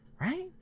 Right